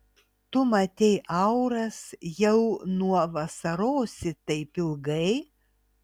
tu matei auras jau nuo vasarosi taip ilgai